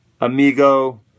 amigo